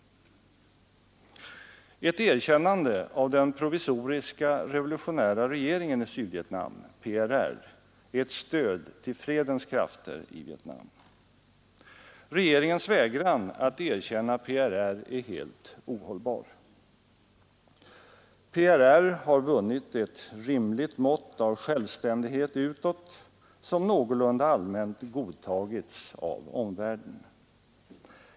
Ett erkännande av den provisoriska revolutionära regeringen i Sydvietnam — PRR =— är ett stöd till fredens krafter i Vietnam. Den svenska regeringens vägran att erkänna PRR är helt ohållbar. PRR har vunnit ett rimligt mått av självständighet utåt, som någorlunda allmänt godtagits av omvärlden.